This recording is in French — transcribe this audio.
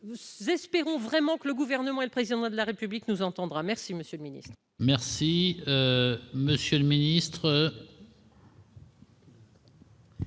Nous espérons vraiment que le Gouvernement et le Président de la République nous entendront. La parole est à M. le ministre.